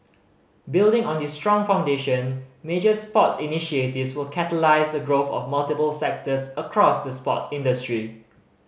building on this strong foundation major sports initiatives will catalyse the growth of multiple sectors across the sports industry